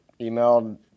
emailed